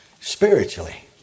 spiritually